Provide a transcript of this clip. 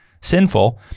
sinful